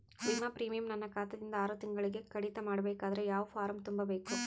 ವಿಮಾ ಪ್ರೀಮಿಯಂ ನನ್ನ ಖಾತಾ ದಿಂದ ಆರು ತಿಂಗಳಗೆ ಕಡಿತ ಮಾಡಬೇಕಾದರೆ ಯಾವ ಫಾರಂ ತುಂಬಬೇಕು?